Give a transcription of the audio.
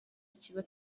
ikiba